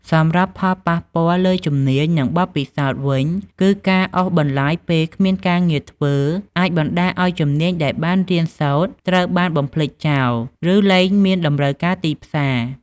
សម្រាប់ផលប៉ះពាល់លើជំនាញ និងបទពិសោធន៍វិញ គឺការអូសបន្លាយពេលគ្មានការងារធ្វើអាចបណ្ដាលឱ្យជំនាញដែលបានរៀនសូត្រត្រូវបានបំភ្លេចចោល ឬលែងមានតម្រូវការទីផ្សារ។